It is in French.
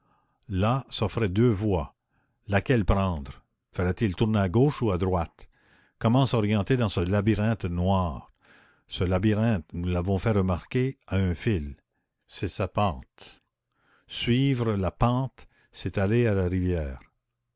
là s'offraient deux voies laquelle prendre fallait-il tourner à gauche ou à droite comment s'orienter dans ce labyrinthe noir ce labyrinthe nous l'avons fait remarquer a un fil c'est sa pente suivre la pente c'est aller à la rivière